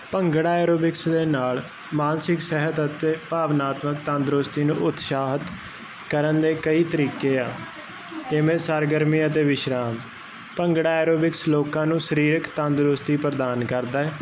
bhangra aerobics ਦੇ ਨਾਲ ਮਾਨਸਿਕ ਸਿਹਤ ਅਤੇ ਭਾਵਨਾਤਮਕ ਤੰਦਰੁਸਤੀ ਨੂੰ ਉਤਸ਼ਾਹਤ ਕਰਨ ਦੇ ਕਈ ਤਰੀਕੇ ਆ ਇਵੇਂ ਸਰਗਰਮੀਆਂ ਤੇ ਵਿਸ਼ਰਾਮ ਭੰਗੜਾ ਐਰੋਬਿਕਸ ਲੋਕਾਂ ਨੂੰ ਸਰੀਰਕ ਤੰਦਰੁਸਤੀ ਪ੍ਰਦਾਨ ਕਰਦਾ